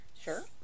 Sure